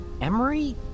Emery